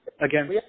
Again